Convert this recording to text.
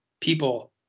people